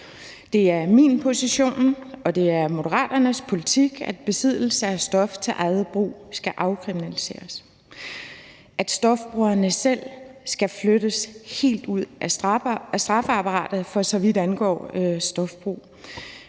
Det er min position, og det er Moderaternes politik, at besiddelse af stof til eget brug skal afkriminaliseres, at stofbrugerne selv skal flyttes helt ud af straffeapparatet, for så vidt angår stofbrug